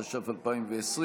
התש"ף 2020,